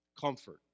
Comfort